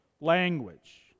language